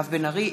מירב בן ארי,